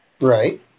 right